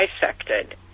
dissected